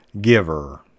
giver